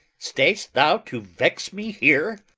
stayest thou to vex me here?